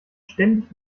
ständig